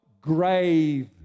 grave